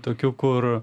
tokių kur